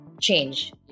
change